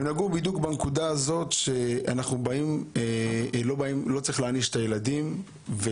הם נגעו בדיוק בנקודה הזאת שלא צריך להעניש את הילדים כי